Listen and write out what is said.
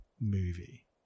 movie